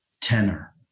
tenor